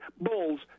bulls